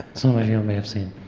some of you may have seen